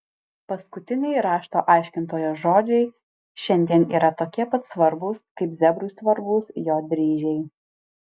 paskutiniai rašto aiškintojo žodžiai šiandien yra tokie pat svarbūs kaip zebrui svarbūs jo dryžiai